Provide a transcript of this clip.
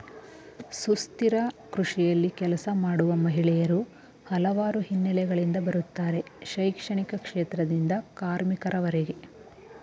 ಸುಸ್ಥಿರ ಕೃಷಿಯಲ್ಲಿ ಕೆಲಸ ಮಾಡುವ ಮಹಿಳೆಯರು ಹಲವಾರು ಹಿನ್ನೆಲೆಗಳಿಂದ ಬರುತ್ತಾರೆ ಶೈಕ್ಷಣಿಕ ಕ್ಷೇತ್ರದಿಂದ ಕಾರ್ಮಿಕರವರೆಗೆ